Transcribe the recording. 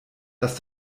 dass